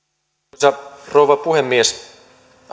arvoisa rouva puhemies